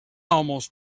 almost